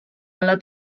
alla